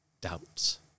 doubts